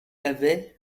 lavait